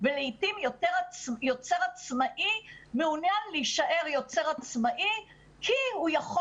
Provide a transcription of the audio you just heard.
ולעיתים יוצר עצמאי מעוניין להישאר יוצר עצמאי כי הוא יכול